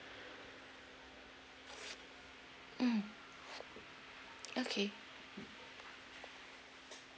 mm okay